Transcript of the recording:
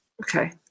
Okay